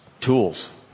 tools